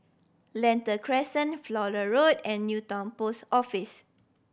Lentor Crescent Flower Road and Newton Post Office